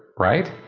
right?